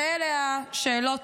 ואלה השאלות,